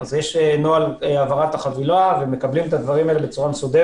יש נוהל העברת חבילה ומקבלים את הדברים האלה בצורה מסודרת.